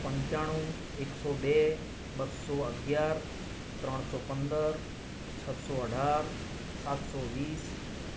પંચાણું એકસો બે બસો અગિયાર ત્રણસો પંદર છસો અઢાર સાતસો વીસ